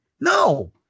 no